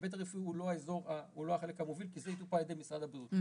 ההיבט הרפואי הוא לא החלק המוביל כי זה יטופל על ידי משרד הבריאות.